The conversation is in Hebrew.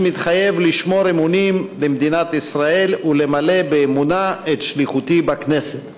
אני מתחייב לשמור אמונים למדינת ישראל ולמלא באמונה את שליחותי בכנסת.